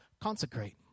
consecrate